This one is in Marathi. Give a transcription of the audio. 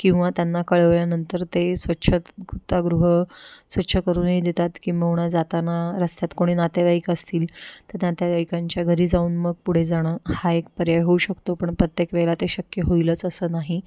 किंवा त्यांना कळवल्यानंतर ते स्वच्छतागृह स्वच्छ करूनही देतात किंबहुना जाताना रस्त्यात कोणी नातेवाईक असतील तर नातेवाईकांच्या घरी जाऊन मग पुढे जाणं हा एक पर्याय होऊ शकतो पण प्रत्येक वेळेला ते शक्य होईलच असं नाही